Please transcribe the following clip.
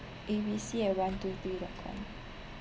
A B C at one two three dot com